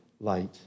light